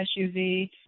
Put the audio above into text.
SUV